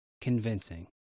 convincing